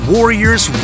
Warriors